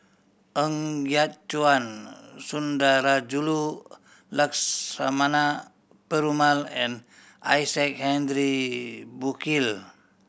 Ng Yat Chuan Sundarajulu Lakshmana Perumal and Isaac Henry Burkill